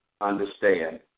understand